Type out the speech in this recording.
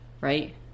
Right